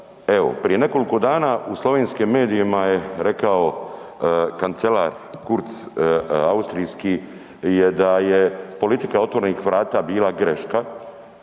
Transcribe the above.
prije nekoliko dana u slovenskim medijima je rekao kancelar Kurz austrijski je da je politika otvorenih vrata bila greška